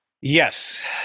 Yes